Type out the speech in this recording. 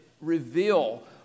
reveal